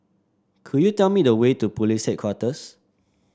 could you tell me the way to Police Headquarters